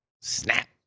Snap